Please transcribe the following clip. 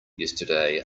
yesterday